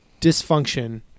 dysfunction